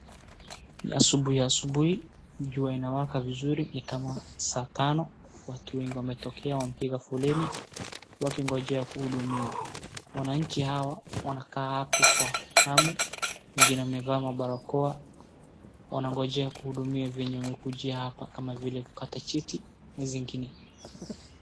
Ni asubuhi asubuhi jua inawaka vizuri ni kama saa tano watu wengi wametokea wamepiga foleni wakingojea kuhudumiwa wananchi hao wamekaa hapo kwa hamu wengine wamevaa mabarakoa wanangojea kuhudumiwa vyenye wamekujia hapa kama vila kupata cheti na zingine